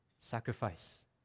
Sacrifice